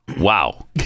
Wow